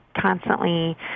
constantly